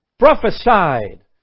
prophesied